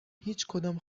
هیچکدام